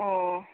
ꯑꯣ